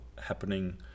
happening